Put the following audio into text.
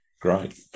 great